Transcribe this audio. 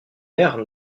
ère